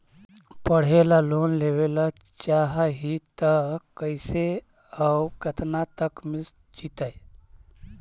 पढ़े ल लोन लेबे ल चाह ही त कैसे औ केतना तक मिल जितै?